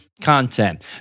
content